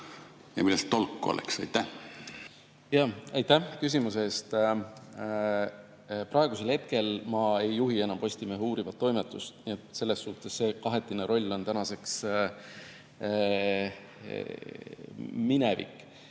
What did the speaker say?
ja millest tolku oleks? Aitäh küsimuse eest! Praegusel hetkel ma ei juhi enam Postimehe uurivat toimetust, selles suhtes see kahetine roll on tänaseks minevik.